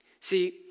See